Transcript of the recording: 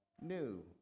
new